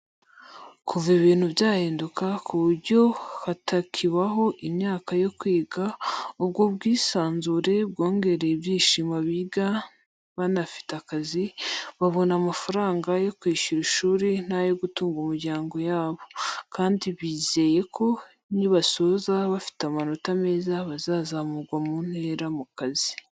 Kuva ibintu byahinduka ku buryo hatakibaho imyaka yo kwiga, ubwo bwisanzure bwongereye ibyishimo abiga banafite akazi, babona amafaranga yo kwishyura ishuri n'ayo gutunga umuryango yabo, kandi bizeye ko nibasoza bafite amanota meza, bazazamurwa mu ntera mu kazi.